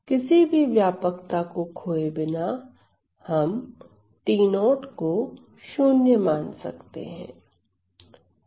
किसी भी व्यापकता को खोए बिना हम t0 को 0 मान सकते हैं